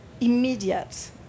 immediate